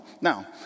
Now